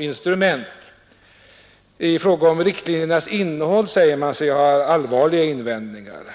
instrument. I fråga om riktlinjernas innehåll säger man sig ha allvarliga invändningar.